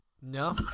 No